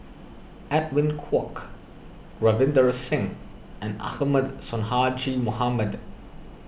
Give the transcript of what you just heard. Edwin Koek Ravinder Singh and Ahmad Sonhadji Mohamad